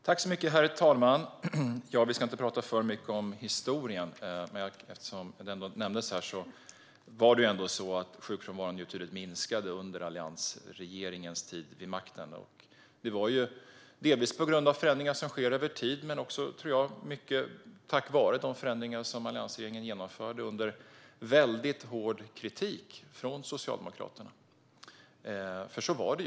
Herr talman! Vi ska inte prata för mycket om historien. Men eftersom det nämndes vill jag säga att sjukfrånvaron tydligt minskade under Alliansens tid vid makten. Det berodde delvis på förändringar som skedde över tid. Men jag tror också att det berodde mycket på de förändringar som alliansregeringen genomförde under väldigt hård kritik från Socialdemokraterna. Så var det.